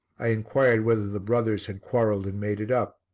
i inquired whether the brothers had quarrelled and made it up.